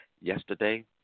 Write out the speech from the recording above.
yesterday